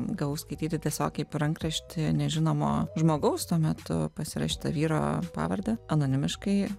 gavau skaityti tiesiog kaip rankraštį nežinomo žmogaus tuo metu pasirašyta vyro pavarde anonimiškai